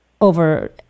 over